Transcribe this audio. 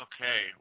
Okay